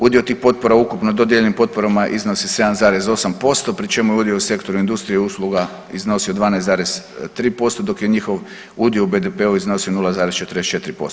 Udio tih potpora u ukupno dodijeljenim potporama iznosi 7,8% pri čemu je udio u sektoru industrije i usluga iznosio 12,3% dok je njihov udio u BDP-u iznosio 0,44%